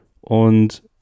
Und